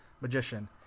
magician